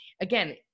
again